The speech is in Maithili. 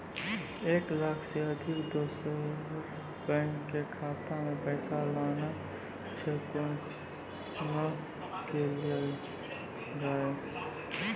एक लाख से अधिक दोसर बैंक के खाता मे पैसा लगाना छै कोना के लगाए?